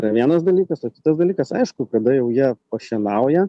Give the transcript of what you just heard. yra vienas dalykas o kitas dalykas aišku kada jau jie pašienauja